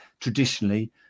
traditionally